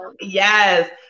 Yes